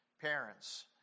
parents